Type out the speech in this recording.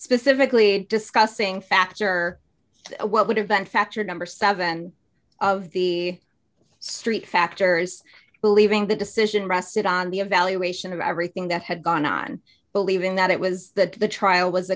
specifically discussing factor what would have been factored number seven of the street factors believing the decision rested on the evaluation of everything that had gone on believing that it was that the trial was a